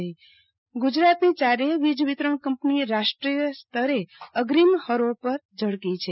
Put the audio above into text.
આરતી ભદ્દ વીજ વિતરણ કંપની ગુજરાતની ચારેય વીજ વિતરણ કંપની રાષ્ટ્રીય સ્તરે અગ્રિમ હરોળ પર ઝળકી છે